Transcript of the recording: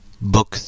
Book